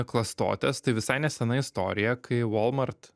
klastotes tai visai nesena istorija kai walmart